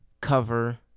cover